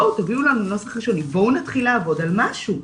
תביאו לנו נוסח ראשוני, בואו נתחיל לעבוד על משהו.